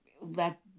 let